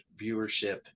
viewership